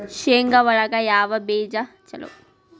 ಶೇಂಗಾ ಒಳಗ ಯಾವ ಬೇಜ ಛಲೋ?